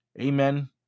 Amen